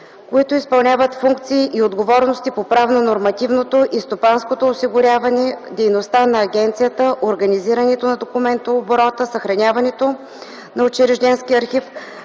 които изпълняват функции и отговорности по правно-нормативното и стопанското осигуряване, дейността на агенцията, организирането на документооборота, съхраняването на учрежденския архив,